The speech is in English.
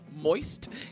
moist